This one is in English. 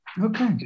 Okay